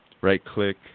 right-click